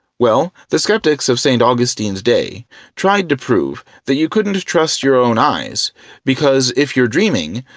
well, the skeptics of st. augustine's day tried to prove that you couldn't trust your own eyes because if you're dreaming,